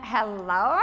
Hello